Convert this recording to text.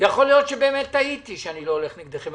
יכול להיות שבאמת טעיתי שאני לא הולך נגדכם,